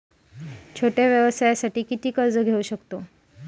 छोट्या व्यवसायासाठी किती कर्ज घेऊ शकतव?